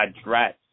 address